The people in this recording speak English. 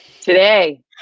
today